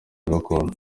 gakondo